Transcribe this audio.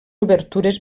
obertures